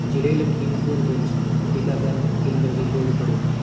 ਜ਼ਿਲ੍ਹੇ ਲਖੀਮਪੁਰ ਵਿੱਚ ਟੀਕਾਕਰਨ ਕੇਂਦਰ ਦੀ ਖੋਜ ਕਰੋ